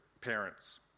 parents